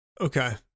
Okay